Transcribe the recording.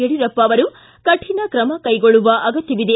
ಯಡಿಯೂರಪ್ಪ ಅವರು ಕಠಿಣ ಕ್ರಮ ಕೈಗೊಳ್ಳುವ ಅಗತ್ಯವಿದೆ